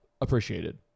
appreciated